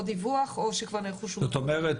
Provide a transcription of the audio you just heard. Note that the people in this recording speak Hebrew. דיווח או שכבר נערכו שומות --- זאת אומרת,